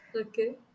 okay